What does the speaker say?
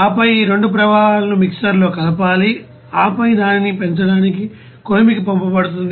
ఆపై ఈ 2 ప్రవాహాలను మిక్సర్లో కలపాలి ఆపై దానిని పెంచడానికి కొలిమికి పంపబడుతుంది